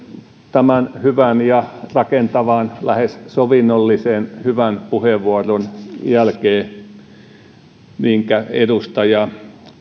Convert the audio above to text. tämän hyvän ja rakentavan lähes sovinnollisen hyvän puheenvuoron minkä edustaja